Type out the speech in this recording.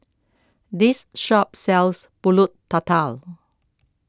this shop sells Pulut Tatal